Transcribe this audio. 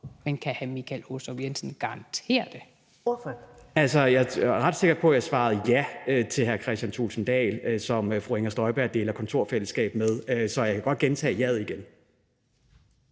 Kl. 14:17 Michael Aastrup Jensen (V): Altså, jeg er jo ret sikker på, at jeg svarede ja til hr. Kristian Thulesen Dahl, som fru Inger Støjberg deler kontorfællesskab med, så jeg kan godt gentage ja'et igen.